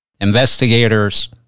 investigators